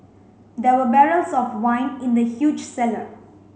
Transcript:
there were barrels of wine in the huge cellar